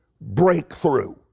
breakthrough